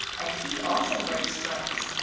and he also wears stripes,